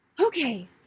Okay